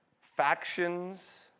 factions